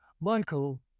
Michael